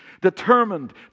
determined